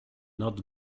not